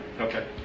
okay